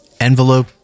envelope